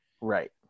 Right